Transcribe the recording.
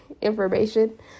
information